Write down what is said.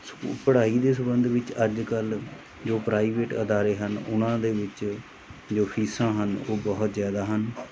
ਸਕੂ ਪੜਾਈ ਦੇ ਸਬੰਧ ਵਿੱਚ ਅੱਜ ਕੱਲ੍ਹ ਜੋ ਪ੍ਰਾਈਵੇਟ ਅਦਾਰੇ ਹਨ ਉਹਨਾਂ ਦੇ ਵਿੱਚ ਜੋ ਫੀਸਾਂ ਹਨ ਉਹ ਬਹੁਤ ਜ਼ਿਆਦਾ ਹਨ